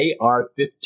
AR-15